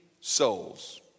souls